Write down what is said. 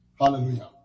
Hallelujah